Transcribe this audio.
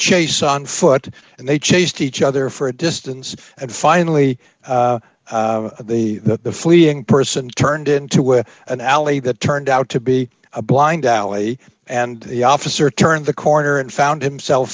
chase on foot and they chased each other for a distance and finally the fleeing person turned into an alley that turned out to be a blind alley and the officer turned the corner and found himself